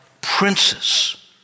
princes